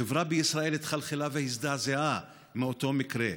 החברה בישראל התחלחלה והזדעזעה מאותו מקרה.